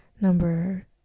Number